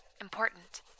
Important